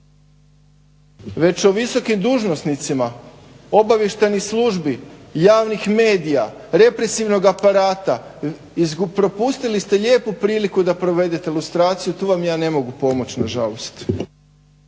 već o visokim dužnosnicima, obavještajnih službi, javnih medija, represivnog aparata. Propustili ste lijepu priliku da provedete lustraciju. Tu vam ja ne mogu pomoći na žalost.